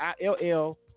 I-L-L